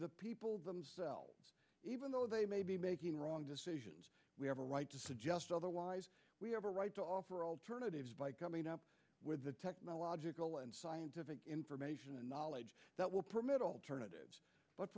the people themselves even though they may be making wrong decisions we have a right to suggest otherwise we have a right to offer alternatives by coming up with the technological and scientific information and knowledge that will permit alternatives but